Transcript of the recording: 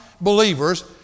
believers